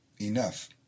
Enough